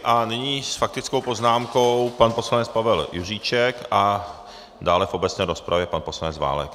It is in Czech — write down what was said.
A nyní s faktickou poznámkou pan poslanec Pavel Juříček a dále v obecné rozpravě pan poslanec Válek.